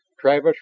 Travis